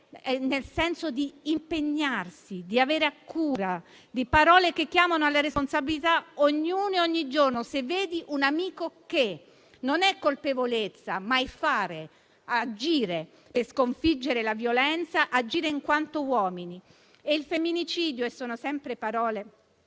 nel senso di impegnarsi, di avere a cura, di parole che chiamano alla responsabilità ognuno e ogni giorno. Se vedi un amico che; non è colpevolezza, ma è fare, agire per sconfiggere la violenza, agire in quanto uomini. Il femminicidio - sono sempre parole